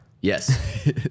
Yes